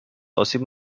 آسیب